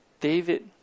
David